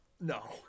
No